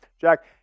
Jack